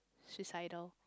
suicidal